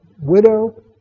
widow